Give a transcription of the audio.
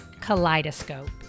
Kaleidoscope